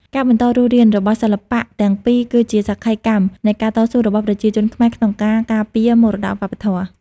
ការបន្តរស់រាន របស់សិល្បៈទាំងពីរគឺជាសក្ខីកម្មនៃការតស៊ូរបស់ប្រជាជនខ្មែរក្នុងការការពារមរតកវប្បធម៌។